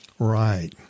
Right